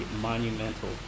monumental